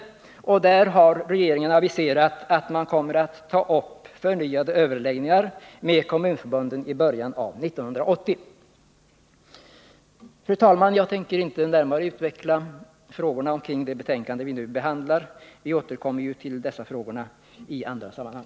Här har regeringen aviserat att den i början av 1980 kommer att ta upp nya överläggningar med kommunförbunden. Fru talman! Jag tänker inte närmare gå in på de frågor som behandlas i det föreliggande betänkandet. Vi återkommer ju till dem i andra sammanhang.